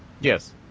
Yes